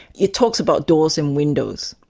it talks about doors and windows,